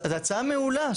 זו הצעה מעולה,